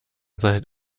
seid